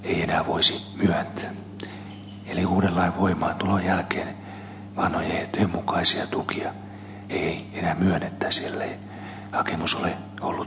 eli uuden lain voimaantulon jälkeen vanhojen ehtojen mukaisia tukia ei enää myönnettäisi ellei hakemus ole ollut sisällä ajoissa